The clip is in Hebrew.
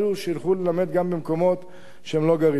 שילכו ללמד גם במקומות שהם לא גרים בהם.